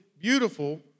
beautiful